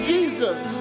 Jesus